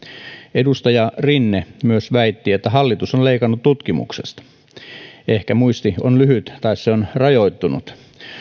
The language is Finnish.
edustaja rinne myös väitti että hallitus on leikannut tutkimuksesta ehkä muisti on lyhyt tai se on rajoittunut